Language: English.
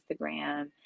Instagram